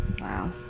wow